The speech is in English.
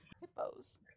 Hippos